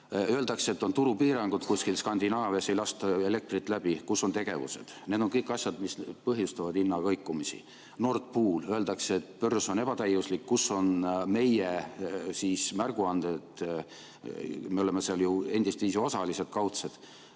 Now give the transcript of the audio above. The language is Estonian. Öeldakse, et on turupiirangud, kuskil Skandinaavias ei lasta elektrit läbi. Kus on tegevus? Need on kõik asjad, mis põhjustavad hinna kõikumist. Nord Pool. Öeldakse, et börs on ebatäiuslik. Kus on siis meie märguanded? Me oleme seal ju endistviisi kaudselt osalised.